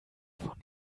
von